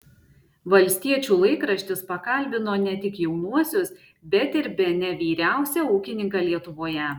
valstiečių laikraštis pakalbino ne tik jaunuosius bet ir bene vyriausią ūkininką lietuvoje